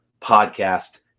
Podcast